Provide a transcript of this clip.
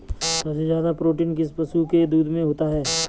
सबसे ज्यादा प्रोटीन किस पशु के दूध में होता है?